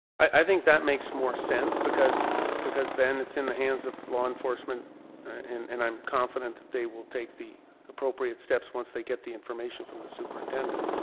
i think that makes more sense because because then it's in the hands of law enforcement and and i'm confident that they will take the appropriate steps once they get the information from the superintendent